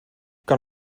kan